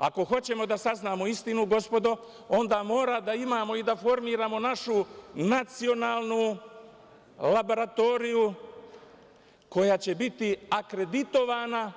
Ako hoćemo da saznamo istinu, gospodo, onda moramo da imamo i da formiramo našu nacionalnu laboratoriju koja će biti akreditovana,